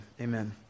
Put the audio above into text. amen